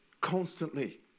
constantly